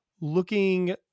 looking